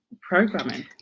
Programming